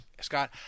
Scott